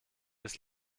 ist